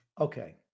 Okay